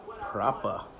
proper